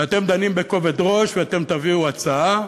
ואתם דנים בכובד ראש ואתם תביאו הצעה.